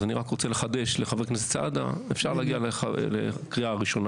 אז אני רק רוצה לחדש לחבר הכנסת סעדה שאפשר להגיע לקריאה ראשונה